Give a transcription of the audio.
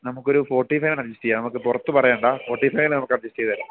നമക്കൊരു ഫോർട്ടി ഫൈവ്ന് അഡ്ജസ്റ്റെയ്യാ നമക്ക് പൊറത്തു പറയണ്ടാ ഫോർട്ടി ഫൈവ്ന് നമുക്കഡ്ജസ്റ്റെയ്തേരാം